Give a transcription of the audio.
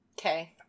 Okay